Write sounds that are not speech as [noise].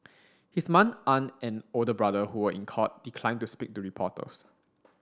his [unintelligible] aunt and older brother who were in court declined to speak to reporters